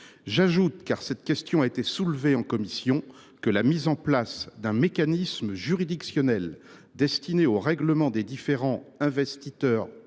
J’ajoute, car cette question a été posée en commission, que la mise en place d’un mécanisme juridictionnel destiné au règlement des différends entre investisseurs